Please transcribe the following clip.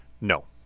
No